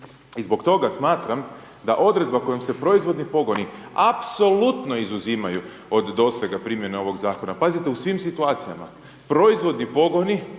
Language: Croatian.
I zbog toga smatram da odredba kojom se proizvodni pogoni apsolutno izuzimaju od dosega primjene ovog zakona. Pazite u svim situacija proizvodni pogoni